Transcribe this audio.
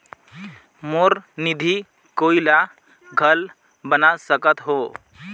मोर निधि कोई ला घल बना सकत हो?